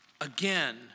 Again